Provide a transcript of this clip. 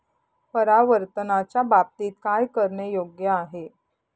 परावर्तनाच्या बाबतीत काय करणे योग्य आहे